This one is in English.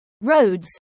roads